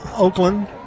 Oakland